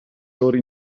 loro